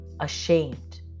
ashamed